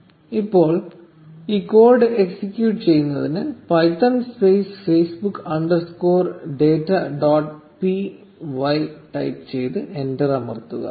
1223 ഇപ്പോൾ ഈ code execute ചെയ്യുന്നതിന് Python space Facebook underscore data dot P Y type ചെയ്ത് എന്റർ അമർത്തുക